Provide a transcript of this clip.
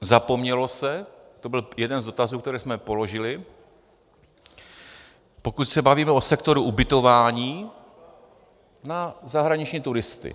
Zapomnělo se to byl jeden z dotazů, které jsme položili, pokud se bavíme o sektoru ubytování na zahraniční turisty.